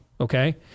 Okay